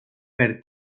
per